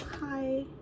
hi